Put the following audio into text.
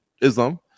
Islam